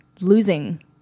losing